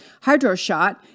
HydroShot